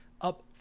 up